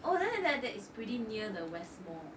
oh then that that's pretty near the west mall